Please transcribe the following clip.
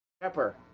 Pepper